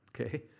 Okay